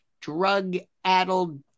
drug-addled